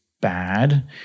bad